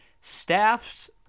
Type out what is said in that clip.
staffs